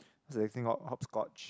what's the thing called hopscotch